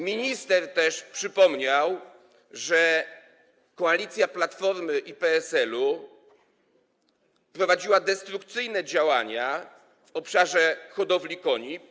Minister przypomniał też, że koalicja Platformy i PSL-u prowadziła destrukcyjne działania w obszarze hodowli koni.